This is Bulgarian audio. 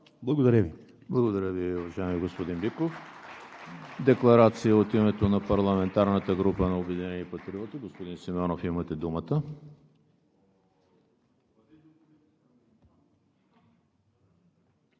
ЕМИЛ ХРИСТОВ: Благодаря Ви, уважаеми господин Биков. Декларация от името на парламентарната група на „Обединени патриоти“. Господин Симеонов, имате думата.